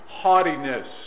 haughtiness